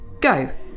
Go